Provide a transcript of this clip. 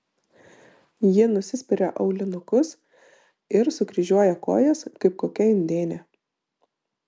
ji nusispiria aulinukus ir sukryžiuoja kojas kaip kokia indėnė